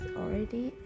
already